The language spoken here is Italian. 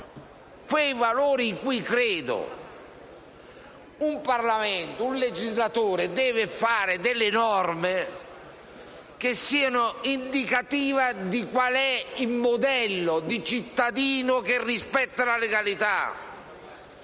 i valori in cui credo: un legislatore deve emanare norme che siano indicative di quale sia il modello di cittadino che rispetta la legalità,